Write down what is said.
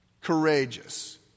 courageous